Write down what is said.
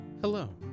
Hello